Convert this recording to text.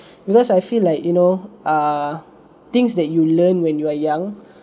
because I feel like you know ah things that you learn when you are young